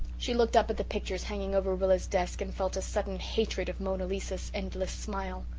she looked up at the pictures hanging over rilla's desk and felt a sudden hatred of mona lisa's endless smile.